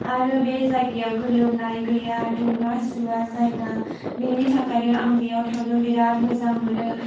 आरो बे जायगायाव गोलोमनाय गैया दुङा सुवा जायगा बिनि थाखायनो आं बेयाव थांनो बिराद मोजां मोनो